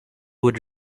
would